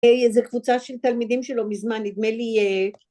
איזו קבוצה של תלמידים שלו מזמן, נדמה לי...